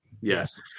Yes